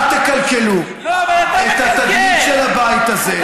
אל תקלקלו את התדמית של הבית הזה,